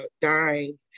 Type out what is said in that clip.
dying